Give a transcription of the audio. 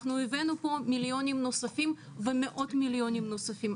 אנחנו הבאנו לפה מיליונים ומאות מיליונים נוספים.